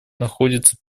находится